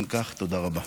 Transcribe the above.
אם כך, תודה רבה.